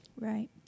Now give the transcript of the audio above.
right